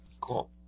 Cool